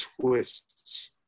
twists